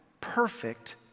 perfect